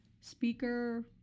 speaker